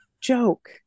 joke